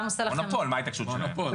מונופול, מה ההתעקשות שלהם.